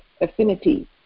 affinity